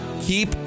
keep